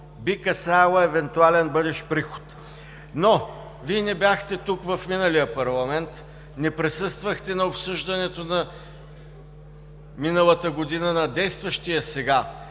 би касаела евентуален бъдещ приход. Но Вие не бяхте тук в миналия парламент, не присъствахте на обсъждането миналата година на действащия сега